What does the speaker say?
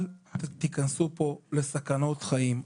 אל תיכנסו פה לסכנות חיים.